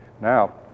Now